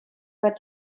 but